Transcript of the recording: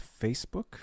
Facebook